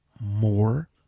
more